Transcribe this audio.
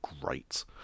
great